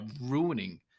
ruining